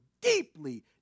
deeply